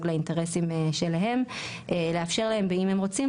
לאינטרסים שלהם לאפשר להם באם הם רוצים,